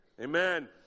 Amen